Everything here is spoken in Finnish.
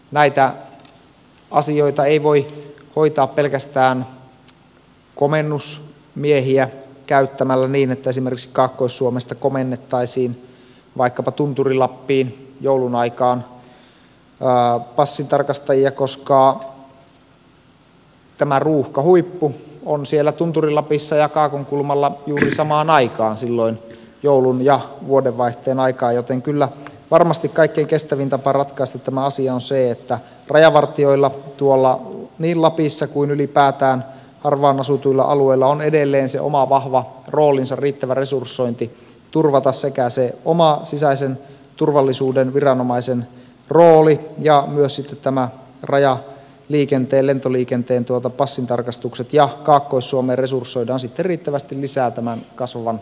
näitä asioita ei voi hoitaa pelkästään komennusmiehiä käyttämällä niin että esimerkiksi kaakkois suomesta komennettaisiin vaikkapa tunturi lappiin joulun aikaan passintarkastajia koska tämä ruuhkahuippu on siellä tunturi lapissa ja kaakonkulmalla juuri samaan aikaan silloin joulun ja vuodenvaihteen aikaan joten kyllä varmasti kaikkein kestävin tapa ratkaista tämä asia on se että rajavartioilla niin lapissa kuin ylipäätään harvaan asutuilla alueilla on edelleen se oma vahva roolinsa riittävä resursointi turvata sekä oma sisäisen turvallisuuden viranomaisen roolinsa että myös sitten rajaliikenteen lentoliikenteen passintarkastukset ja kaakkois suomeen resursoidaan sitten riittävästi lisää tämän kasvavan rajanylitysliikenteen hoitamiseksi